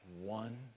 one